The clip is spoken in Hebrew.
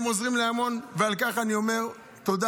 הם עוזרים להרבה מאוד ועל כך אני אומר תודה,